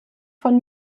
von